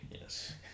yes